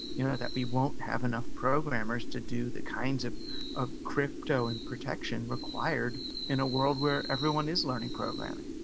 you know, that we won't have enough programmers to do the kinds of of crypto and protection required in a world where everyone is learning programming.